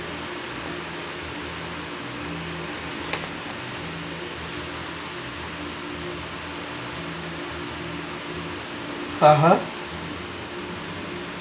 (uh huh)